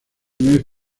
mes